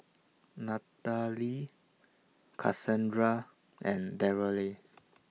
Nathaly Casandra and Darryle